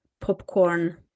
popcorn